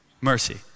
mercy